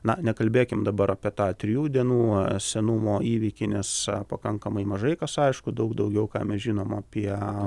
na nekalbėkim dabar apie tą trijų dienų senumo įvykį nes pakankamai mažai kas aišku daug daugiau ką mes žinom apie